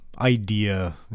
idea